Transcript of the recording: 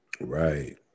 right